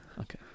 okay